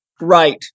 Right